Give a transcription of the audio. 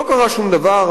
לא קרה שום דבר,